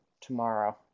tomorrow